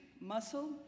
muscle